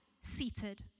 seated